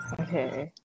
Okay